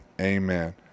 Amen